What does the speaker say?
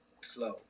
slow